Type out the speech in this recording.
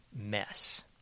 mess